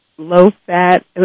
low-fat